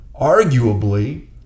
arguably